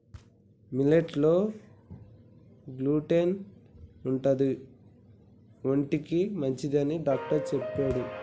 millet లో gluten ఉండదు ఒంటికి మంచిదని డాక్టర్ చెప్పిండు